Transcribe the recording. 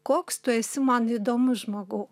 koks tu esi man įdomus žmogau